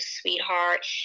sweetheart